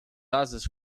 asas